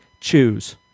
Choose